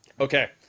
Okay